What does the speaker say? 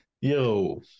Yo